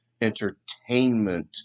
entertainment